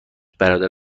برادر